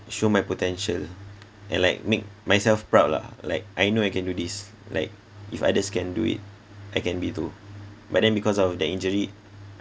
show my potential and like make myself proud lah like I know I can do this like if others can do it I can be too but then because of the injury